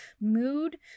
mood